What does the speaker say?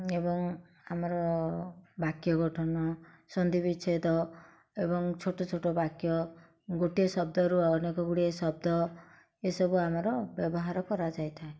ଏବଂ ଆମର ବାକ୍ୟ ଗଠନ ସନ୍ଧି ବିଚ୍ଛେଦ ଏବଂ ଛୋଟ ଛୋଟ ବାକ୍ୟ ଗୋଟିଏ ଶବ୍ଦରୁ ଅନେକ ଗୁଡ଼ିଏ ଶବ୍ଦ ଏସବୁ ଆମର ବ୍ୟବହାର କରାଯାଇଥାଏ